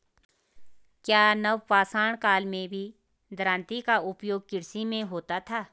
क्या नवपाषाण काल में भी दरांती का उपयोग कृषि में होता था?